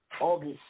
August